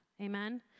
amen